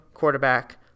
quarterback